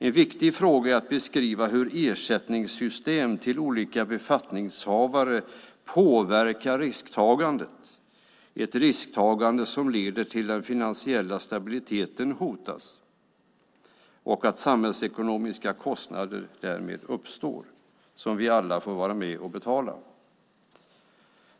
En viktig fråga är att beskriva hur ersättningssystem till olika befattningshavare påverkar risktagandet - ett risktagande som leder till att den finansiella stabiliteten hotas och att samhällsekonomiska kostnader därmed uppstår som vi alla får vara med och betala.